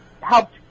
helped